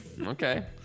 Okay